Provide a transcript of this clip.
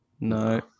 No